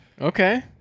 Okay